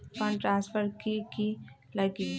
Fund transfer कि की लगी?